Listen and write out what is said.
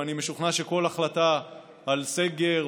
ואני משוכנע שכל החלטה על סגר,